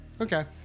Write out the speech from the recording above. Okay